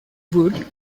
would